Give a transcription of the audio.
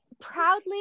proudly